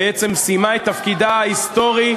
בעצם סיימה את תפקידה ההיסטורי.